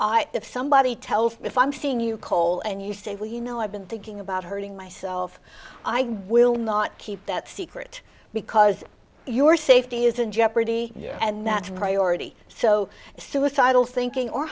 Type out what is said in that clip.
i if somebody tells me if i am seeing you call and you say well you know i've been thinking about hurting myself i go will not keep that secret because your safety is in jeopardy and that's right you already so suicidal thinking or